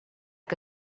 que